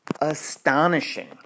astonishing